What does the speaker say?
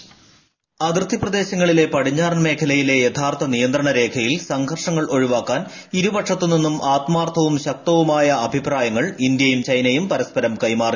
voice അതിർത്തിപ്രദേശങ്ങളിലെ പടിഞ്ഞാറൻ മേഖലയിലെ യഥാർത്ഥ നിയന്ത്രണ രേഖയിൽ സംഘർഷങ്ങൾ ഒഴിവാക്കാൻ ഇന്ത്യയും ചൈനയും ആത്മാർത്ഥവും ശക്തവുമായ അഭിപ്രായങ്ങൾ പരസ്പരം കൈമാറി